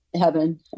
heaven